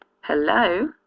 Hello